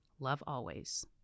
lovealways